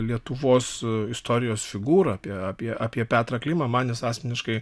lietuvos istorijos figūrą apie apie apie petrą klimą man jis asmeniškai